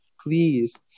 please